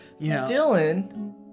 Dylan